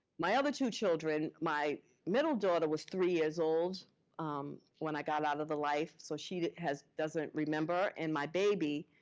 my other two children, my middle daughter was three years old when i got out of the life. so she doesn't remember. and my baby,